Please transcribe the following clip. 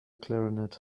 clarinet